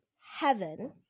Heaven